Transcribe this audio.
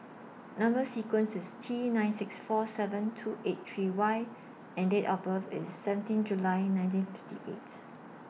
Number sequence IS T nine six four seven two eight three Y and Date of birth IS seventeen July nineteen fifty eight